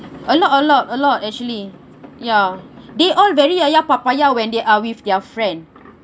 a lot a lot a lot actually ya they all very yayapapaya when they are with their friend